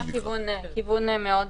זה נשמע כיוון טוב מאוד.